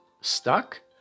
Stuck